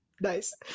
Nice